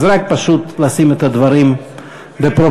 אז, רק פשוט לשים את הדברים בפרופורציה.